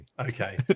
Okay